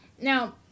Now